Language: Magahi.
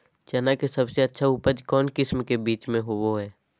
चना के सबसे अच्छा उपज कौन किस्म के बीच में होबो हय?